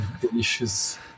delicious